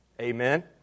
Amen